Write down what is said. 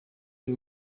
ari